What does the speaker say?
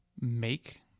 make